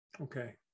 Okay